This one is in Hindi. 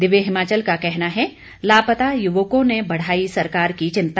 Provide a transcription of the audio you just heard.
दिव्य हिमाचल का कहना है लापता युवकों ने बढ़ाई सरकार की चिंता